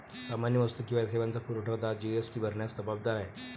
सामान्य वस्तू किंवा सेवांचा पुरवठादार जी.एस.टी भरण्यास जबाबदार आहे